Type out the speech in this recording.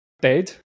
date